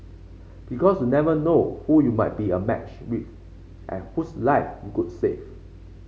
because you never know who you might be a match with and whose life you could save